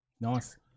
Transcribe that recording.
Nice